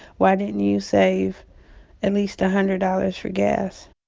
why didn't you save at least a hundred dollars for gas?